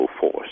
force